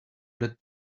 that